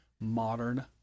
modern